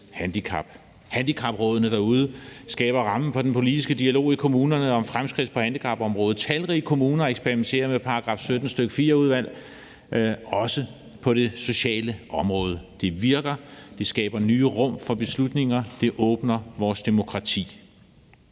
Handicaprådene derude skaber rammen for den politiske dialog i kommunerne om fremskridt på handicapområdet. Talrige kommuner eksperimenterer med § 17, stk. 4-udvalg også på det sociale område. Det virker, det skaber nye rum for beslutninger, og det åbner vores demokrati.